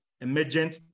emergent